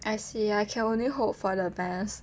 I see I can only hope for the best